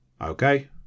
okay